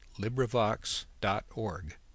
LibriVox.org